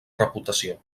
reputació